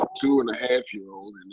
two-and-a-half-year-old